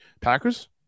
Packers